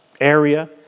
area